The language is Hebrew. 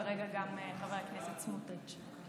אני מודה לך על דאגתך לשר כהנא.